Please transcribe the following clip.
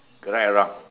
correct or wrong